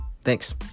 Thanks